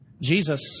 Jesus